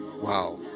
Wow